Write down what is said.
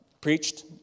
preached